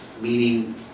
meaning